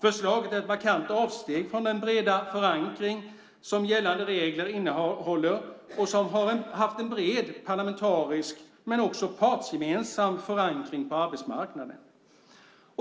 Förslaget är ett markant avsteg från den breda förankring som gällande regler innehåller och som har haft en bred parlamentarisk men också partsgemensam förankring på arbetsmarknaden.